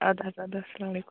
اَدٕ حظ اَدٕ حظ اَلسلامُ علیکُم